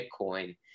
Bitcoin